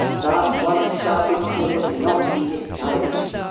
but, once started, i would not be discouraged.